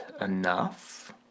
enough